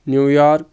نیو York